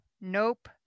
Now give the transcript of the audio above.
Nope